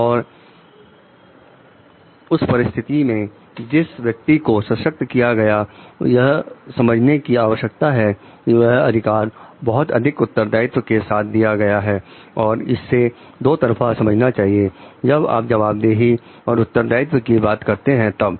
और उस परिस्थिति में जिस व्यक्ति को सशक्त किया गया यह समझने की आवश्यकता है कि यह अधिकार बहुत अधिक उत्तरदायित्व के साथ दिया गया है और इसे दो तरफा समझना चाहिए जब आप जवाबदेही और उत्तरदायित्व की बात करते हैं तब